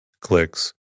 clicks